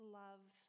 love